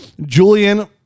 Julian